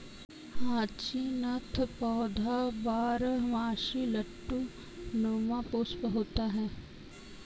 hyacinth पौधा बारहमासी लट्टू नुमा पुष्प होता है